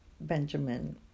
Benjamin